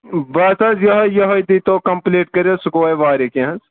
بس حظ یہوے یہوے دی تو کمپٕلیٖٹ کٔرتھ سُہ گوٚو وۄنۍ واریاہ کینہہ حظ